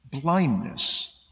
blindness